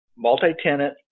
multi-tenant